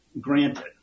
Granted